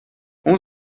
اون